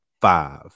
five